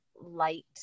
light